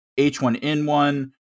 H1N1